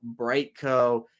Brightco